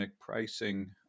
pricing